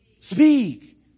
speak